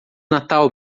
natal